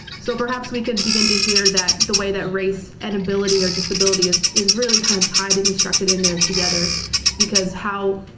so perhaps we could begin to hear that the way that race and ability or disability is really kind of tightly instructed in there together because how